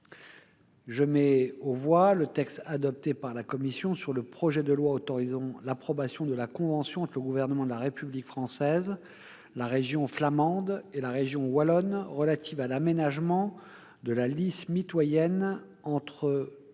Je mets aux voix le texte adopté par la commission sur le projet de loi autorisant l'approbation de la convention entre le Gouvernement de la République française, la région flamande et la région wallonne relative à l'aménagement de la Lys mitoyenne entre